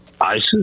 ISIS